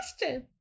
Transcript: question